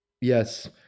yes